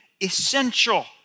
essential